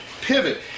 pivot